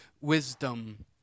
wisdom